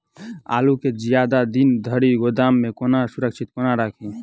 आलु केँ जियादा दिन धरि गोदाम मे कोना सुरक्षित कोना राखि?